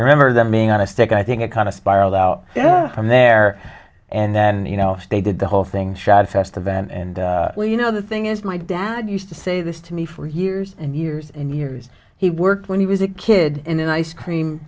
remember them being on a stick i think it kind of spiraled out from there and then you know they did the whole thing shad festival and well you know the thing is my dad used to say this to me for years and years and years he worked when he was a kid in an ice cream